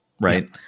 right